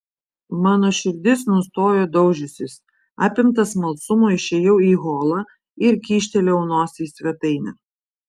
mano širdis nustojo daužiusis apimtas smalsumo išėjau į holą ir kyštelėjau nosį į svetainę